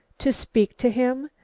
to speak to him?